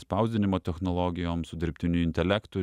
spausdinimo technologijom su dirbtiniu intelektu